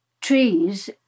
trees